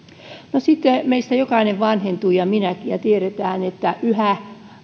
sitten meistä jokainen vanhentuu ja minäkin ja tiedetään että yhä